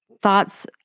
thoughts